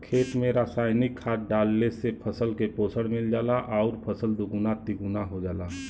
खेत में रासायनिक खाद डालले से फसल के पोषण मिल जाला आउर फसल दुगुना तिगुना हो जाला